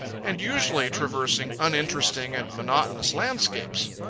and usually traversing uninteresting and monotonous landscapes.